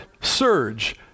SURGE